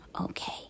Okay